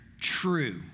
true